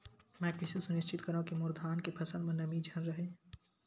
मैं कइसे सुनिश्चित करव कि मोर धान के फसल म नमी झन रहे?